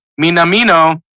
Minamino